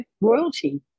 royalty